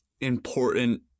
important